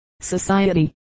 Society